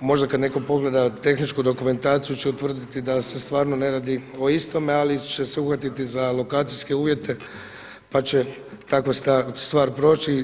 možda kada netko pogleda tehničku dokumentaciju će utvrditi da se stvarno ne radi o istome, ali će se uhvatiti za lokacijske uvjete pa će takva stvar proći.